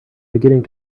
beginning